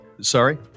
sorry